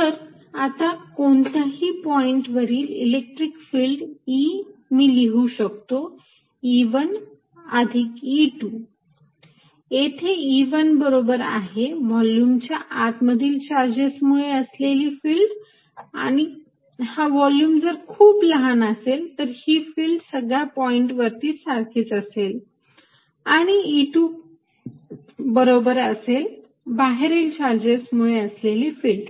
तर आता कोणत्याही पॉईंट वरील इलेक्ट्रिक फिल्ड E मी लिहू शकतो E1 अधिक E2 येथे E1 बरोबर आहे व्हॉल्युमच्या आत मधील चार्जेस मुळे असलेली फिल्ड आणि हा व्हॉल्युम जर खूप लहान असेल तर ही फिल्ड सगळ्या पॉईंट वरती सारखेच असेल आणि E2 बरोबर असेल बाहेरील चार्जेस मुळे असलेली फिल्ड